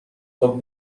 خواب